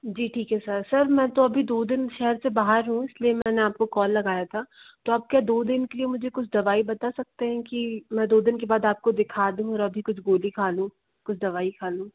जी ठीक है sir sir मैं तो अभी दो दिन शहर से बाहर हूँ इस लिए मैंने आपको कॉल लगाया था तो आप क्या दो दिन के लिए मुझे कुछ दवाई बता सकते हैं कि मैं दो दिन के बाद आपको दिखा दूँ और अभी कुछ गोली खा लूँ कुछ दवाई खा लूँ